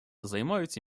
займаються